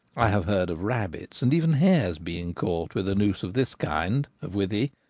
i have heard of rabbits, and even hares, being caught with a noose of this kind of withy,